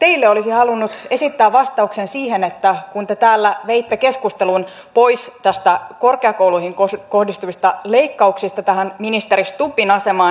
teille olisin halunnut esittää vastauksen liittyen siihen kun te täällä veitte keskustelun pois näistä korkeakouluihin kohdistuvista leikkauksista tähän ministeri stubbin asemaan